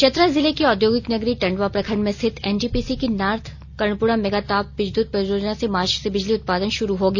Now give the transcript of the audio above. चतरा जिले की औद्योगिक नगरी टंडवा प्रखंड में स्थित एनटीपीसी की नॉर्थ कर्णपुरा मेगा ताप विद्यूत परियोजना से मार्च से बिजली उत्पादन शुरू होगी